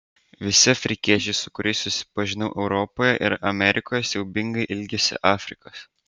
visi afrikiečiai su kuriais susipažinau europoje ir amerikoje siaubingai ilgisi afrikos